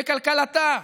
בכלכלתה,